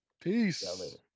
peace